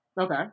Okay